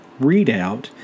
readout